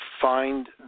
find